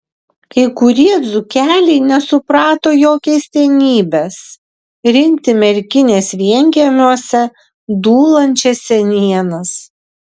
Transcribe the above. kai kurie dzūkeliai nesuprato jo keistenybės rinkti merkinės vienkiemiuose dūlančias senienas